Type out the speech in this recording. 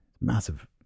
Massive